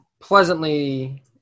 pleasantly